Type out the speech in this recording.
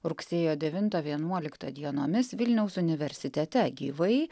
rugsėjo devintą vienuoliktą dienomis vilniaus universitete gyvai